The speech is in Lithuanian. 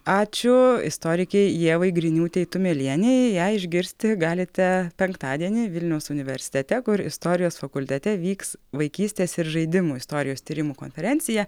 ačiū istorikei ievai griniūtei tumelienei ją išgirsti galite penktadienį vilniaus universitete kur istorijos fakultete vyks vaikystės ir žaidimų istorijos tyrimų konferencija